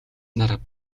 нар